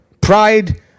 Pride